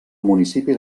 municipi